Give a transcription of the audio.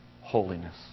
holiness